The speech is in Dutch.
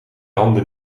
handen